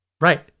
Right